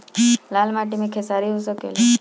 लाल माटी मे खेसारी हो सकेला?